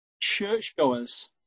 churchgoers